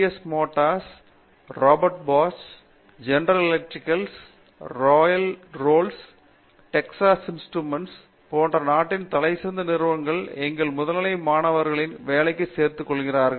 S motor கள் Robert Bosch General Electric Rolls Royce Nvidia Texas Instruments Eaton போன்ற நாட்டின் மிகசிறந்த நிறுவனங்கள் எங்கள் முதுநிலை மாணவர்களை வேலைக்கு சேர்த்துக் கொள்கின்றனர்